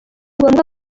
ngombwa